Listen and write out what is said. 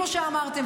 כמו שאמרתם,